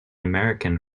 american